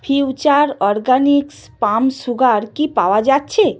future Organics palm sugar কি পাওয়া যাচ্ছে